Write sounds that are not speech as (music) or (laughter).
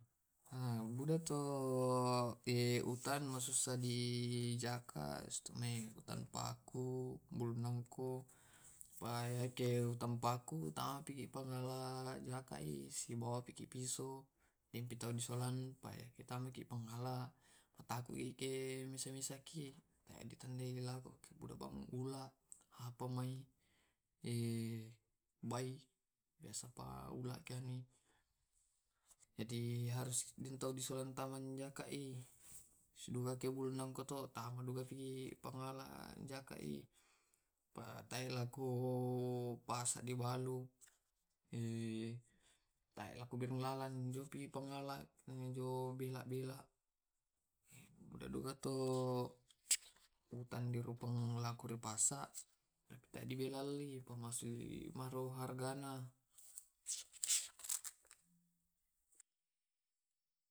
Ha budatoo (hesitation) utan masusa dijaka stomai, utanpaku, bulunangko, (unintelligible) utampaku (unintelligible) tapi ipangala jakai sibawa bawapiki piso (unintelligible) ditau solangi pa maumaki peng ala, pa matakuke (hesitation) misa misaki ditandai dilabeki puda bang bula. apa mai (hesitation) bia sapa ula keai jadi harus (unintelligible) ditau njakai sidugaki bulunganato tamai (unintelligible) pangalai njakaki pa taelako pasa dibalu (hesitation) tae pakulalang (unintelligible) majo bela-bela. (unintelligible) Metadugako utan dirupang laku dipasa (unintelligible) belalli pa masuli malo hargana. (noise)